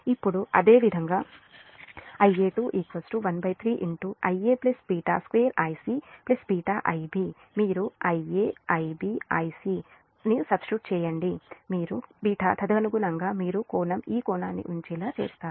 ఇప్పుడు అదేవిధంగా Ia2 13 Ia β2 Ic β Ib మళ్ళీ Ia Ib Ic మీరు సబ్స్టిట్యూట్ చేయండి మరియు β తదనుగుణంగా మీరు కోణం ఈ కోణాన్ని ఉంచేలా చేస్తారు